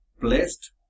blessed